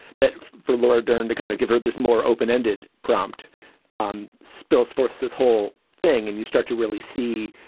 that for laura dern to kind of give her this more open ended prompt um spills force this whole thing and you start to really see,